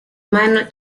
minor